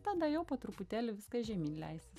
tada jau po truputėlį viskas žemyn leisis